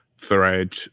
thread